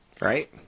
right